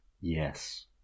Yes